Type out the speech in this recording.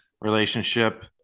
relationship